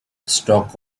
stock